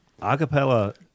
Acapella